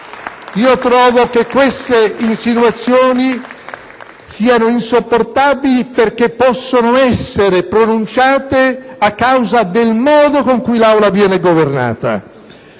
Io trovo che queste insinuazioni siano insopportabili, perché possono essere pronunciate a causa del modo in cui l'Aula viene governata.